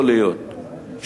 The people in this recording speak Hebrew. איך יכול להיות שבדברי